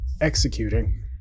executing